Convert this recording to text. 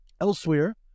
elsewhere